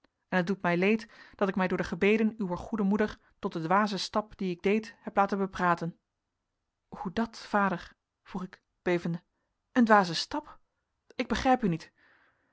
en het doet mij leed dat ik mij door de gebeden uwer goede moeder tot den dwazen stap dien ik deed heb laten bepraten hoe dat vader vroeg ik bevende een dwaze stap ik begrijp u niet